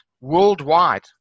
worldwide